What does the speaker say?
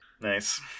Nice